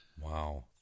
Wow